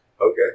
Okay